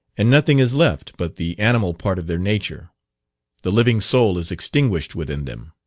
and nothing is left but the animal part of their nature the living soul is extinguished within them.